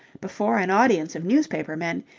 before an audience of newspaper men,